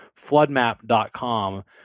floodmap.com